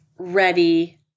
ready